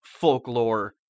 folklore